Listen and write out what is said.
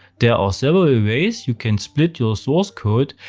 there are several ways you can split your source code.